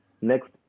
next